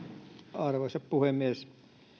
arvoisa puhemies